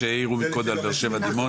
חיים וינגרטן, בבקשה.